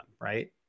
right